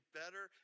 better